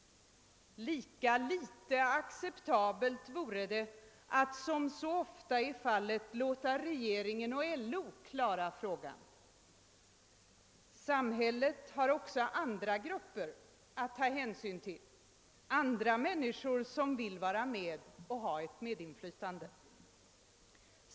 Lika litet acceptabelt vore det att som så ofta sker låta regeringen och LO klara frågan. Samhället har också andra grupper att ta hänsyn till, andra människor som vill vara med och ha ett medinflytande.